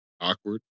Awkward